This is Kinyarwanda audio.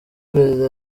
perezida